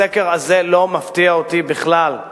הסקר הזה לא מפתיע אותי בכלל.